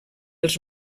els